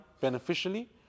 beneficially